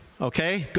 okay